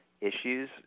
issues